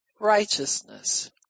righteousness